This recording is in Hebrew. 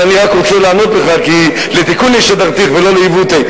אז אני רק רוצה לענות לך כי "לתיקוני שדרתיך ולא לעוותי".